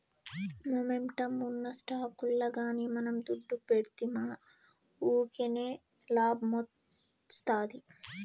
momentum ఉన్న స్టాకుల్ల గానీ మనం దుడ్డు పెడ్తిమా వూకినే లాబ్మొస్తాది